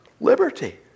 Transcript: liberty